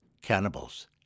cannibals